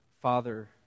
Father